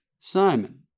Simon